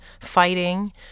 fighting